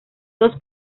dos